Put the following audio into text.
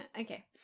Okay